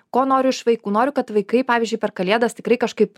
ko noriu iš vaikų noriu kad vaikai pavyzdžiui per kalėdas tikrai kažkaip